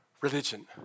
Religion